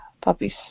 puppies